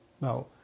Now